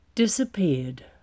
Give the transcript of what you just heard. disappeared